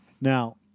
Now